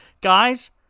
guys